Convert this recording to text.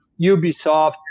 Ubisoft